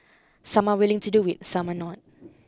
some are willing to do it some are not